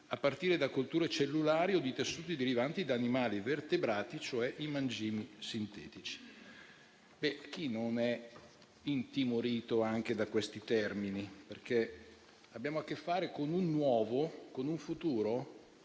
a partire da colture cellulari o di tessuti derivanti da animali vertebrati, cioè i mangimi sintetici. Chi non è intimorito anche da questi termini? Abbiamo infatti a che fare con un futuro